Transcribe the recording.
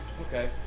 Okay